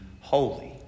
holy